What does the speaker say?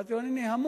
אמרתי לו: אני המום,